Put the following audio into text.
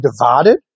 divided